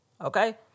okay